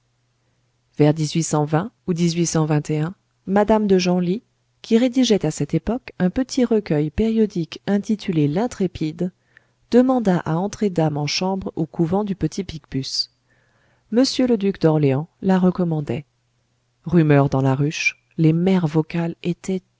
vers ou madame de genlis qui rédigeait à cette époque un petit recueil périodique intitulé l'intrépide demanda à entrer dame en chambre au couvent du petit picpus mr le duc d'orléans la recommandait rumeur dans la ruche les mères vocales étaient